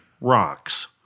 rocks